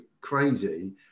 crazy